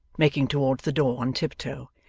making towards the door on tiptoe.